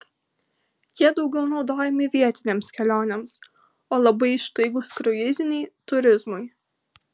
jie daugiau naudojami vietinėms kelionėms o labai ištaigūs kruiziniai turizmui